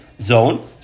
zone